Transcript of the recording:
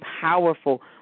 powerful